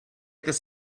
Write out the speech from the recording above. this